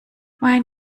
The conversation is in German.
mein